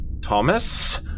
Thomas